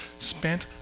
spent